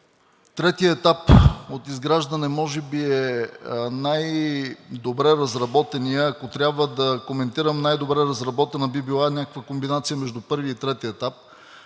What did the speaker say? Третият етап от изграждане може би е най-добре разработеният. Ако трябва да коментирам, най-добре разработена би била някаква комбинация между първия и третия етап,